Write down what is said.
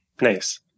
Nice